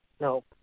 No